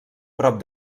prop